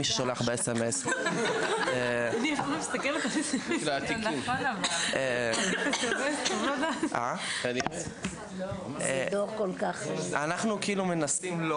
מי ששולח SMS. כל